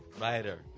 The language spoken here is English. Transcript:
writer